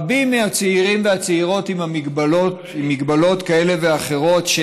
רבים מהצעירים והצעירות עם מגבלות כאלה ואחרות,